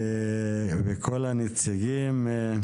וכל הנציגים.